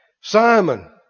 Simon